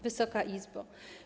Wysoka Izbo!